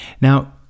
Now